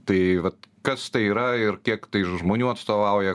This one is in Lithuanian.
tai vat kas tai yra ir kiek žmonių atstovauja